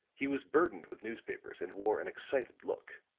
he was burdened with newspapers and wore an excited look.